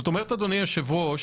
זאת אומרת, אדוני היושב-ראש.